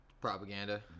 Propaganda